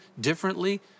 differently